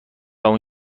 اون